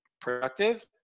Productive